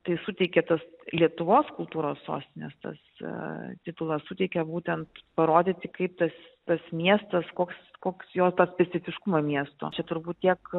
tai suteikia tos lietuvos kultūros sostinės tas titulas suteikia būtent parodyti kaip tas tas miestas koks koks jo tas pesticiškumo miesto čia turbūt tiek